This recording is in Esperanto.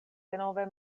denove